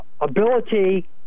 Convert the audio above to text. ability